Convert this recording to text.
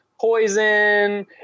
Poison